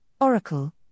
Oracle